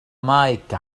مايك